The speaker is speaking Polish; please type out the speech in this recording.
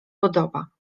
podoba